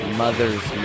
mother's